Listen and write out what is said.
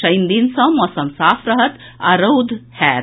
शनि दिन सँ मौसम साफ रहत आ रौद निकलत